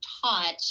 taught